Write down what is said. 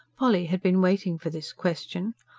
polly had been waiting for this question.